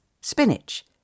Spinach